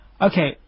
Okay